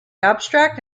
abstract